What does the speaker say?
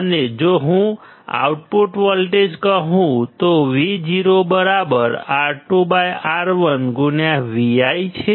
અને જો હું આઉટપુટ વોલ્ટેજ કહું તો VoR2R1Vi છે